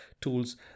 tools